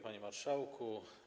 Panie Marszałku!